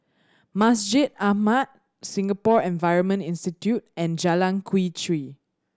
Masjid Ahmad Singapore Environment Institute and Jalan Quee Chew